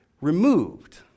removed